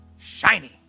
shiny